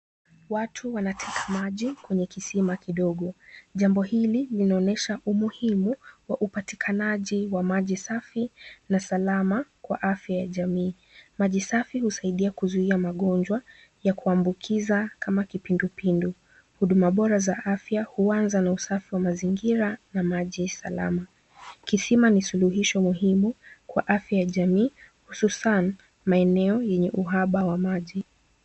Watu wanateka maji kwenye kisima kidogo, jambo hili linaonyesha umuhimu wa upatikanaji wa maji safi na salama kwa afya ya jamii. Maji safi husaidia kuzuia magonjwa ya kuambukiza kama kipindu pindu. Huduma bora za afya huanza kwa usafi wa mazingira na maji salama. Kisima ni suluhisho muhimu kwa afya ya jamii ususan maeneo yenye uhaba wa maji.